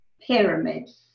pyramids